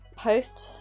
post